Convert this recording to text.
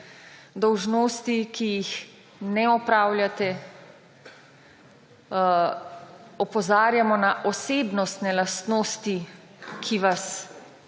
dolžnosti, ki jih ne opravljate, opozarjamo na osebnostne lastnosti, ki vas